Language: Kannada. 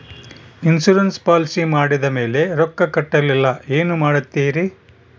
ಇನ್ಸೂರೆನ್ಸ್ ಪಾಲಿಸಿ ಮಾಡಿದ ಮೇಲೆ ರೊಕ್ಕ ಕಟ್ಟಲಿಲ್ಲ ಏನು ಮಾಡುತ್ತೇರಿ?